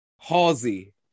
Halsey